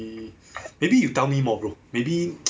maybe you tell me more bro